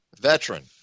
veteran